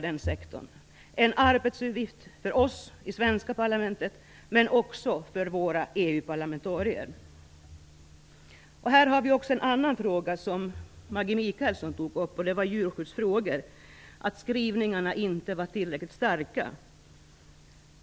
Det är en arbetsuppgift för oss i det svenska parlamentet men också en uppgift för våra EU-parlamentariker. Maggi Mikaelsson tog upp djurskyddsfrågorna och menade att skrivningarna på det området inte var tillräckligt starka.